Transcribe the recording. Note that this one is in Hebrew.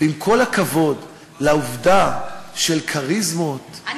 עם כל הכבוד לעובדה של כריזמות,